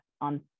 on